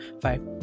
five